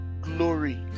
glory